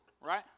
right